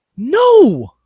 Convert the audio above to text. No